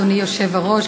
אדוני היושב-ראש,